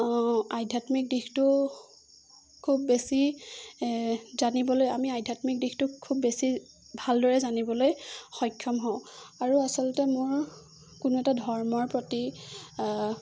আধ্যাত্মিক দিশটো খুব বেছি এই জানিবলৈ আমি আধ্যাত্মিক দিশটো খুব বেছি ভালদৰে জানিবলৈ সক্ষম হওঁ আৰু আচলতে মোৰ কোনো এটা ধৰ্মৰ প্ৰতি